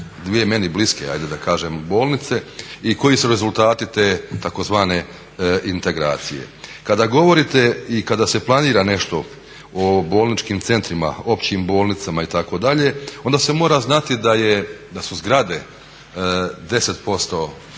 dvije meni bliske bolnice i koji su rezultati te tzv. integracije. Kada govorite i kada se planira nešto o bolničkim centrima, općim bolnicama itd., onda se mora znati da su zgrade 10%